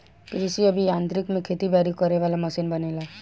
कृषि अभि यांत्रिकी में खेती बारी करे वाला मशीन बनेला